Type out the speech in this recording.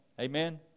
Amen